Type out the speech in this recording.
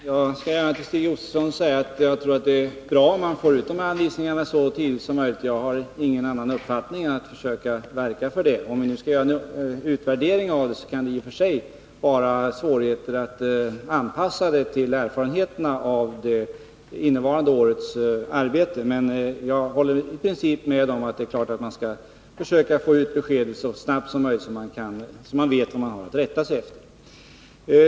Fru talman! Jag skall gärna till Stig Josefson säga att jag tror att det är bra om man får ut dessa anvisningar så tidigt som möjligt. Jag har ingen annan uppfattning och skall försöka verka för det. Om vi skall göra en utvärdering kan det i och för sig vara svårigheter att anpassa den till erfarenheterna av innevarande års arbete. Men jag håller i princip med om att man skall försöka få ut besked så snabbt som möjligt, så att de berörda vet vad de har att rätta sig efter.